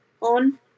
on